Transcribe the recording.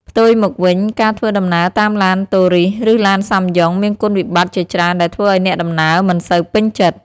ផ្ទុយមកវិញការធ្វើដំណើរតាមឡានតូរីសឬឡានសាំយ៉ុងមានគុណវិបត្តិជាច្រើនដែលធ្វើឱ្យអ្នកដំណើរមិនសូវពេញចិត្ត។